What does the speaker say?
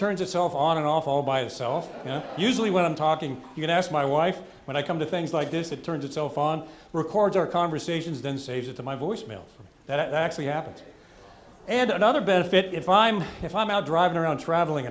turns itself on and off all by itself and usually when i'm talking you can ask my wife when i come to things like this that turns itself on records or conversations then saves it to my voicemail that actually happens and another benefit if i'm if i'm out driving around traveling